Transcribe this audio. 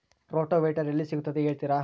Rotavator ಎಲ್ಲಿ ಸಿಗುತ್ತದೆ ಹೇಳ್ತೇರಾ?